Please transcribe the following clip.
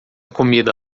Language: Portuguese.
comida